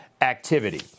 activity